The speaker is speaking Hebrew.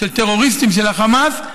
של טרוריסטים של החמאס.